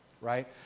right